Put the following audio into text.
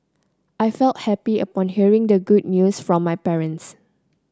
I felt happy upon hearing the good news from my parents